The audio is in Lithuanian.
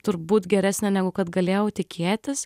turbūt geresnė negu kad galėjau tikėtis